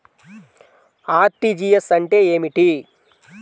RTGS అంటే ఏమిటి?